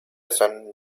son